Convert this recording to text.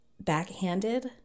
backhanded